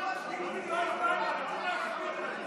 להצבעה.